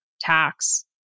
tax